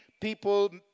people